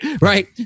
right